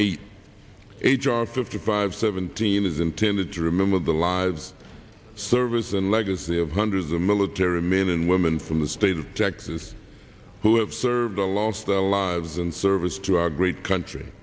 and eight h r fifty five seventeen is intended to remember the lives service and legacy of hundreds the military men and women from the state of texas who have served the last their lives and service to our great country